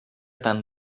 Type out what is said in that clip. tant